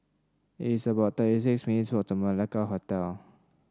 it is about thirty six minutes' walk to Malacca Hotel